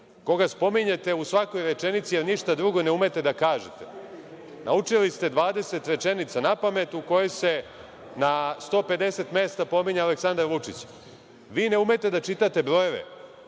koga spominjete u svakoj rečenici, jer ništa drugo ne umete da kažete, naučili ste dvadeset rečenica napamet u koje se na 150 mesta pominje Aleksandar Vučić. Vi ne umete da čitate brojeve.